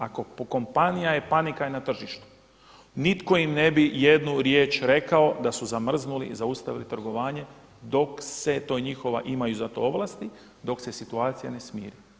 Ako je kompanija, panika je na tržištu, nitko im ne bi jednu riječ rekao da su zamrzli, zaustavili trgovanje dok se ta njihova, imaju za to ovlasti, dok se situacija ne smiri.